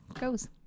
goes